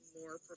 more